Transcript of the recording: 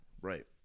right